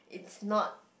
it's not